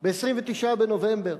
ב-29 בנובמבר,